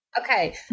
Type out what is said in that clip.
Okay